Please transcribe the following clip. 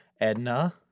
Edna